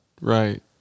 Right